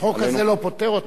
החוק הזה לא פותר אותם.